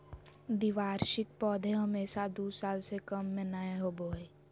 द्विवार्षिक पौधे हमेशा दू साल से कम में नयय होबो हइ